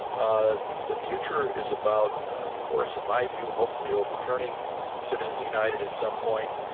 ah the future is about, of course, in my view, hopefully overturning citizens united at some point.